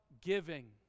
giving